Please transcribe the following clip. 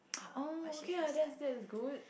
oh okay lah that's that's good